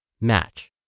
Match